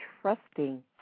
trusting